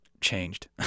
changed